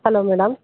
hello madam